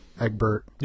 Egbert